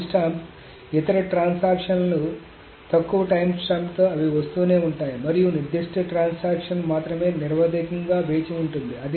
timestamp ఇతర transaction లు తక్కువ టైమ్స్టాంప్తో అవి వస్తూనే ఉంటాయి మరియు నిర్దిష్ట ట్రాన్సాక్షన్ మాత్రమే నిరవధికంగా వేచి ఉంటుంది